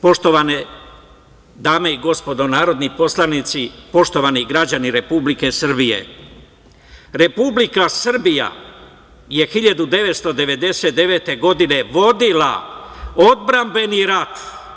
Poštovane dame i gospodo narodni poslanici, poštovani građani Republike Srbije, Republika Srbija je 1999. godina vodila odbrambeni rat.